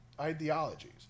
ideologies